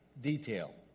detail